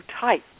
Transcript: tight